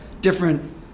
different